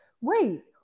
wait